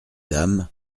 dames